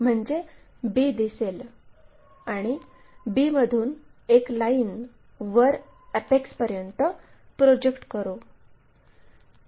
म्हणजे b दिसेल आणि b मधून एक लाईन वर अॅपेक्सपर्यंत प्रोजेक्ट करू